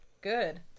Good